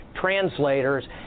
translators